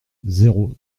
zéro